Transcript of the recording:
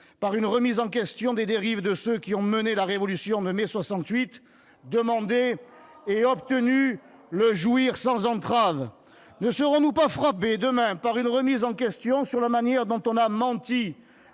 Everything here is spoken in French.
par une remise en question des dérives de ceux qui ont mené la révolution de mai 68, demandé et obtenu de « jouir sans entraves ». Ne serons-nous pas frappés, demain, par une remise en question sur la manière dont on a menti